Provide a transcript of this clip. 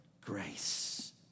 grace